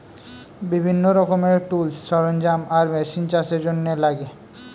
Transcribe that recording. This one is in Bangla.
বিভিন্ন রকমের টুলস, সরঞ্জাম আর মেশিন চাষের জন্যে লাগে